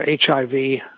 HIV